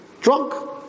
drunk